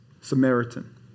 Samaritan